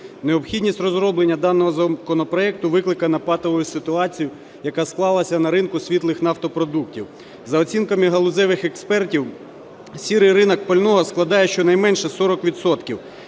Необхідність розроблення даного законопроекту викликана патовою ситуацією, яка склалася на ринку світлих нафтопродуктів. За оцінками галузевих експертів, "сірий" ринок пального складає щонайменше 40